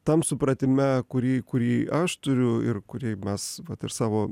tam supratime kurį kurį aš turiu ir kūrį mes vat ir savo